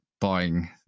buying